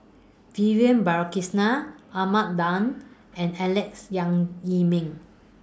Vivian Balakrishnan Ahmad Daud and Alex Yam Ziming